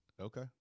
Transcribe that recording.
Okay